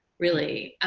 really.